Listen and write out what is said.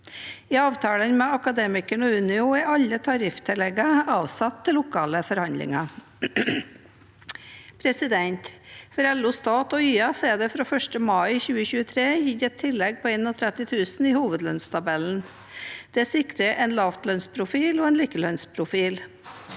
I avtalene med Akademikerne og Unio er alle tarifftilleggene avsatt til lokale forhandlinger. For LO Stat og YS Stat er det fra 1. mai 2023 gitt et tillegg på 31 000 kr i hovedlønnstabellen. Det sikrer en lavlønnsprofil og en likelønnsprofil.